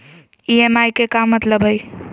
EMI के का मतलब हई?